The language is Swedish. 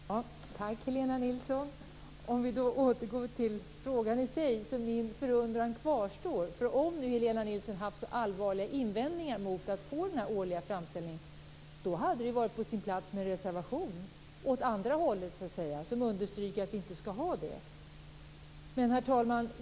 Herr talman! Tack, Helena Nilsson! Om vi så återgår till sakfrågan kvarstår min förundran: Om nu Helena Nilsson haft så allvarliga invändningar mot att få den årliga framställningen hade det varit på sin plats med en reservation åt så att säga andra hållet för att understryka att vi inte skall ha det.